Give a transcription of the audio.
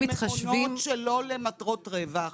במקומות שלא למטרות רווח,